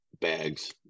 bags